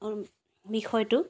বিষয়টো